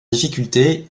difficultés